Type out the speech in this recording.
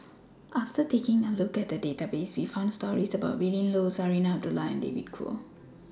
after taking A Look At The Database We found stories about Willin Low Zarinah Abdullah and David Kwo